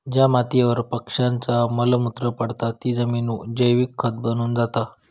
ज्या मातीयेवर पक्ष्यांचा मल मूत्र पडता ती जमिन जैविक खत बनून जाता